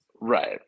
Right